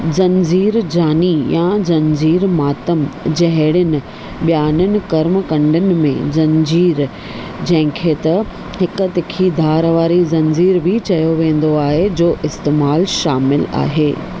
ज़ंजीर जानी या ज़ंजीर मातम जहिड़नि ॿियाननि कर्मकंडनि में ज़ंजीर जंहिंखे त हिकु तीखी धार वारी ज़ंजीर बि चयो वेंदो आहे जो इस्तेमालु शामिल आहे